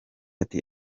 ati